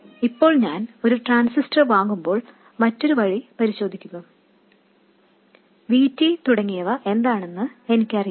അതിനാൽ ഇപ്പോൾ ഞാൻ ഒരു ട്രാൻസിസ്റ്റർ വാങ്ങുമ്പോൾ മറ്റൊരു വഴി പരീക്ഷിക്കുന്നു V T തുടങ്ങിയവ എന്താണെന്ന് എനിക്കറിയില്ല